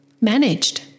managed